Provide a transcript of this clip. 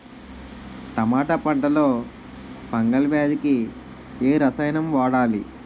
టమాటా పంట లో ఫంగల్ వ్యాధికి ఏ రసాయనం వాడాలి?